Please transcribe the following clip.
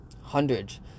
Hundreds